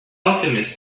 alchemist